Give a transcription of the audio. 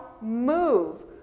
move